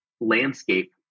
landscape